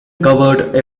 covered